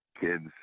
kids